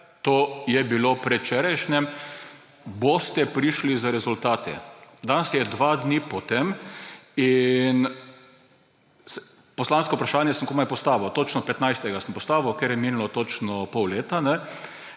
to je bilo predvčerajšnjim – prišli z rezultati. Danes je dva dneva po tem in poslansko vprašanje sem komaj postavil, točno 15. sem ga postavil, ker je takrat minilo točno pol leta.